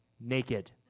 naked